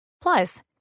Plus